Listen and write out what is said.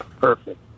perfect